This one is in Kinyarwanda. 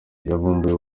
yavumbuye